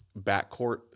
backcourt